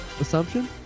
assumption